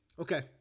Okay